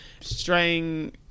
straying